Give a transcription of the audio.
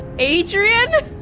adrian?